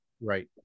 Right